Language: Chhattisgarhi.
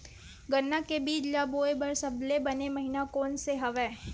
गन्ना के बीज ल बोय बर सबले बने महिना कोन से हवय?